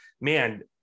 man